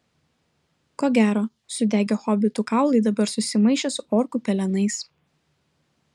ko gero sudegę hobitų kaulai dabar susimaišė su orkų pelenais